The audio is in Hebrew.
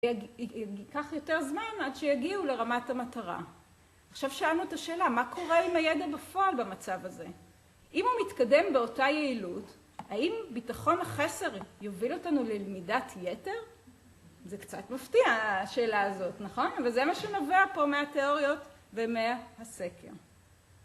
ייקח יותר זמן עד שיגיעו לרמת המטרה. עכשיו שאלנו את השאלה, מה קורה עם הידע בפועל במצב הזה? אם הוא מתקדם באותה יעילות, האם ביטחון החסר יוביל אותנו ללמידת יתר? זה קצת מפתיע השאלה הזאת, נכון? אבל זה מה שנובע פה מהתיאוריות ומהסקר.